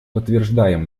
подтверждаем